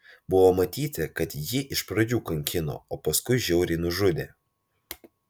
buvo matyti kad jį iš pradžių kankino o paskui žiauriai nužudė